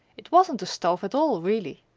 it wasn't a stove at all, really.